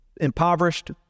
impoverished